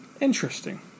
Interesting